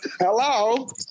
Hello